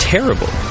Terrible